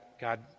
God